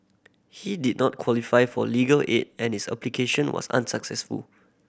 he did not qualify for legal aid and his application was unsuccessful